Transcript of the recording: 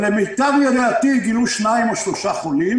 למיטב ידיעתי, גילו שניים או שלושה חולים,